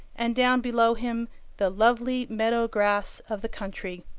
and down below him the lovely meadow-grass of the country,